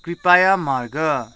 कृपया मार्ग